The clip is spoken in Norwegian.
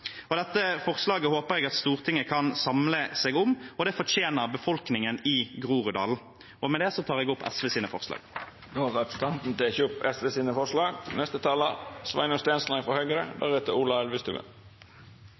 Dette forslaget håper jeg Stortinget kan samle seg om, for det fortjener befolkningen i Groruddalen. Med det tar jeg opp SVs forslag. Representanten Andreas Sjalg Unneland har teke opp det forslaget han refererte til. Nå skal vi vel ikke røpe så mye fra